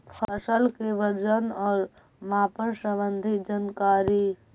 फसल के वजन और मापन संबंधी जनकारी?